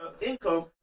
income